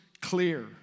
clear